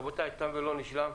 רבותיי, תם ולא נשלם.